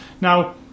Now